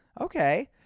Okay